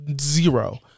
zero